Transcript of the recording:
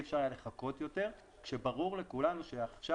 אפשר היה לחכות יותר כאשר ברור לכולנו שעכשיו,